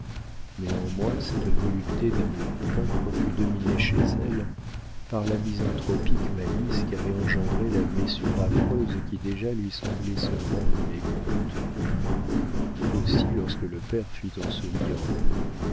néanmoins cette volupté d'amour-propre fut dominée chez elle par la misanthropique malice qu'avait engendrée la blessure affreuse qui déjà lui semblait seulement un mécompte aussi lorsque le père dit en souriant